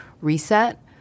reset